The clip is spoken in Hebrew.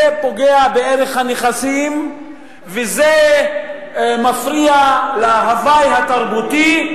זה פוגע בערך הנכסים וזה מפריע להווי התרבותי.